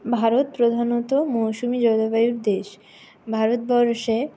ভারত প্রধানত মৌসুমী জলবায়ুর দেশ ভারতবর্ষে